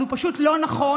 אבל הוא פשוט לא נכון,